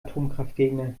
atomkraftgegner